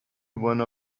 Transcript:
one